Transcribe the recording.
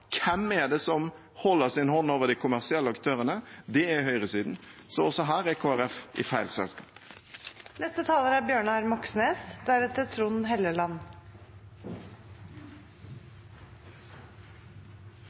Hvem er det som holder sin hånd over de kommersielle aktørene? Det er høyresiden. Så også her er Kristelig Folkeparti i feil